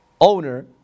owner